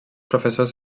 professors